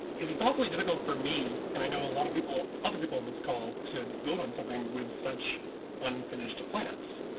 is it thoughtfully difficult for me and i know a lot of people other people on this call to vote on something with such unfinished plants.